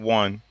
one